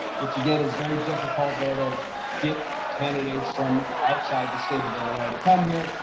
which again is very difficult though, to get candidates from outside the state of illinois to come here,